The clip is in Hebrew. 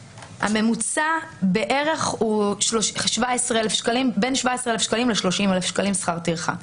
הממוצע הוא בין 17,000 שקלים ל-30,000 שקלים שכר טרחה.